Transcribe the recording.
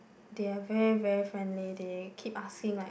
they are very very friendly they keep asking like